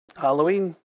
Halloween